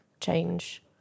change